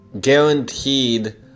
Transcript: guaranteed